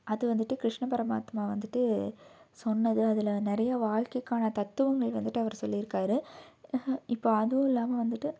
அது வந்துட்டு கிருஷ்ண பரமாத்மா வந்துட்டு சொன்னது அதில் நிறையா வாழ்க்கைக்கான தத்துவங்கள் வந்துட்டு அவர் சொல்லியிருக்காரு இப்போ அதுவும் இல்லாமல் வந்துட்டு